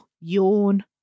yawn